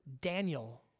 Daniel